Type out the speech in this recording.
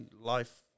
life